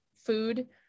Food